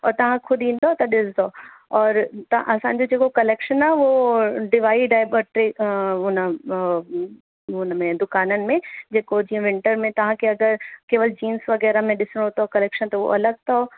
उहो तव्हां ख़ुदि ईंदव त ॾिसंदव और तव्हां असांजो जेको कलेक्शन आहे उहो डिवाइड आहे ॿ टे हुन हुन में दुकाननि में जेको जीअं विंटर में तव्हांखे अगरि केवल जीन्स वग़ैरह में ॾिसिणो अथव कलेक्शन त उहो अलॻि अथव